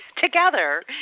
together